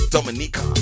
Dominica